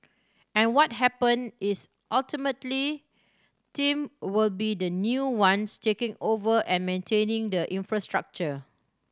and what happen is ultimately team will be the new ones taking over and maintaining the infrastructure